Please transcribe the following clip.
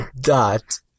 Dot